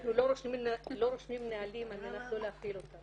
אנחנו לא רושמים נהלים על מנת לא להפעיל אותם.